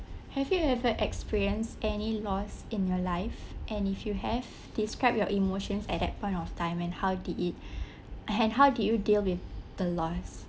have you ever experience any loss in your life and if you have describe your emotions at that point of time and how did it and how do you deal with the loss